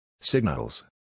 Signals